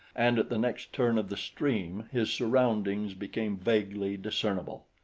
and at the next turn of the stream his surroundings became vaguely discernible.